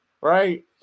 right